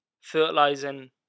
fertilizing